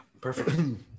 Perfect